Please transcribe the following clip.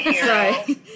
Sorry